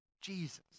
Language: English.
jesus